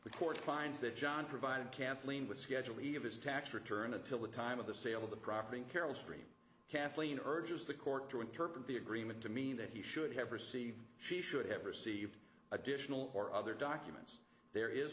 the court finds that john provided kathleen with schedule leave his tax return until the time of the sale of the proffering carol stream kathleen urges the court to interpret the agreement to mean that he should have received she should have received additional or other documents there is